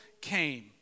came